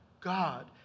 God